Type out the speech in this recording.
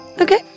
okay